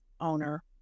owner